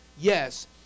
yes